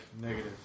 Negative